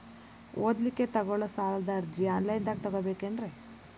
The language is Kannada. ಓದಲಿಕ್ಕೆ ತಗೊಳ್ಳೋ ಸಾಲದ ಅರ್ಜಿ ಆನ್ಲೈನ್ದಾಗ ತಗೊಬೇಕೇನ್ರಿ?